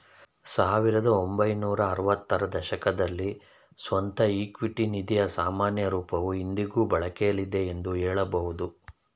ಸಾವಿರದ ಒಂಬೈನೂರ ಆರವತ್ತ ರ ದಶಕದಲ್ಲಿ ಸ್ವಂತ ಇಕ್ವಿಟಿ ನಿಧಿಯ ಸಾಮಾನ್ಯ ರೂಪವು ಇಂದಿಗೂ ಬಳಕೆಯಲ್ಲಿದೆ ಎಂದು ಹೇಳಬಹುದು